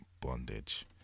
bondage